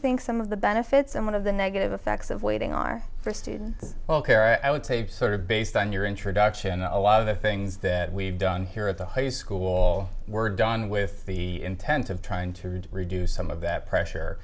think some of the benefits and one of the negative effects of waiting are for students well care i would save sort of based on your introduction a lot of the things that we've done here at the high school were done with the intent of trying to reduce some of that